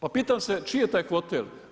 Pa pitam se čiji je taj hotel.